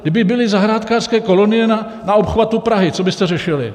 Kdyby byly zahrádkářské kolonie na obchvatu Prahy, co byste řešili?